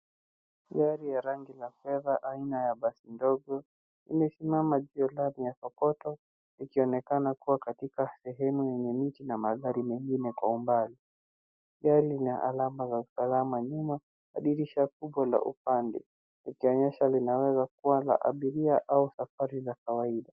Gari ya rangi la fedha aina ya basi ndogo. Imesimama jualani ya kokoto, ikionekana kua katika sehemu yenye miti na magari mengine kwa umbali. Gari lina alama ya usalama nyuma, na dirisha kubwa ya upande. Likionyesha kua linaweza kua la abiria au safari za kawaida.